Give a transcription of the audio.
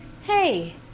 hey